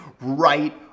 right